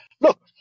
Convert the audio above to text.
look